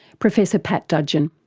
professor pat dudgeon.